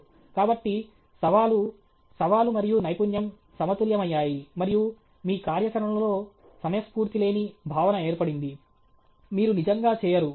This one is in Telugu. కాబట్టి సవాలు సవాలు మరియు నైపుణ్యం సమతుల్యమయ్యాయి మరియు మీ కార్యాచరణలో సమయస్ఫూర్తి లేని భావన ఏర్పడింది మీరు నిజంగా చేయరు